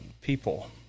people